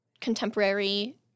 contemporary